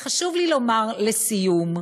וחשוב לי לומר, לסיום,